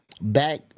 back